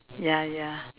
ya ya